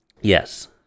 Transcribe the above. Yes